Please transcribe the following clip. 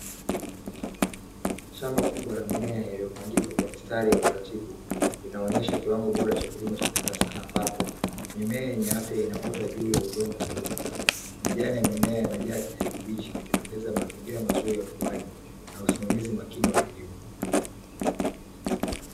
Shamba kubwa la mmea iliyopangika kwa mistari ya utaratibu inaonyesha kiwango bora cha kilimo cha kisasa ambapo mmea ya kisasa inayotoa juu ya udongo wenye rutba. Majani ya mmea ya kijani kibichi yakitengeneza mazingira mazuri ya ukuaji na usimamizi makini wa kilimo.